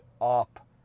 up